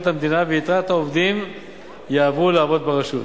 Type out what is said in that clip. המדינה ויתר העובדים יעברו לעבוד ברשות,